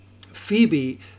Phoebe